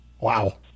Wow